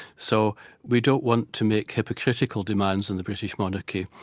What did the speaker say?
so we don't want to make hypocritical demands on the british monarchy,